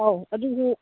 ꯑꯥꯎ ꯑꯗꯨꯁꯨ